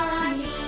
Army